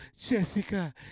Jessica